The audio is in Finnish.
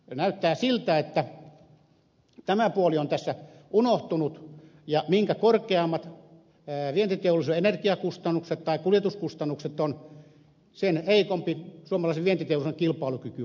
nyt näyttää siltä että tämä puoli on tässä unohtunut ja mitä korkeammat vientiteollisuuden energiakustannukset tai kuljetuskustannukset ovat sitä heikompi suomalaisen vientiteollisuuden kilpailukyky on